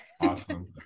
Awesome